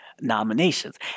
nominations